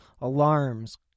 alarms